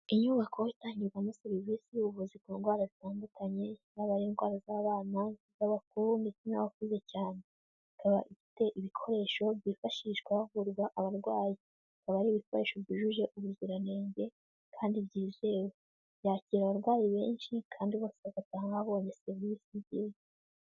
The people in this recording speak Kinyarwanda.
Inyubako itangirwamo serivisi y'ubuvuzi ku ndwara zitandukanye, yaba ari indwara z'abana, iz'abakuru, ndetse n'abakuze cyane. Ikaba ifite ibikoresho byifashishwa havurwa abarwayi. Akaba ari ibikoresho byujuje ubuziranenge kandi byizewe. Byakira abarwayi benshi kandi bose bahava babonye serivisi nziza.